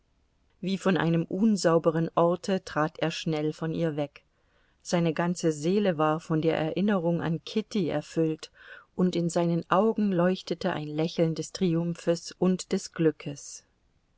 wie von einem unsauberen orte trat er schnell von ihr weg seine ganze seele war von der erinnerung an kitty erfüllt und in seinen augen leuchtete ein lächeln des triumphes und des glückes